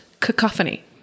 cacophony